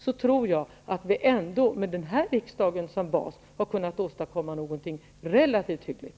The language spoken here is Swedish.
Då tror jag att vi ändå med den här riksdagen som bas kan åstadkomma någonting relativt hyggligt.